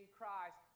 Christ